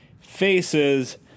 faces